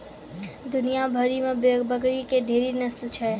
दुनिया भरि मे बकरी के ढेरी नस्ल छै